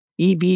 EV